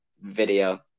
video